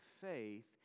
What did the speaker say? faith